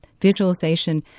visualization